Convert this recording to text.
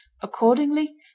accordingly